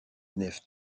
nef